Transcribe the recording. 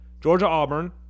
Georgia-Auburn